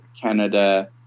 Canada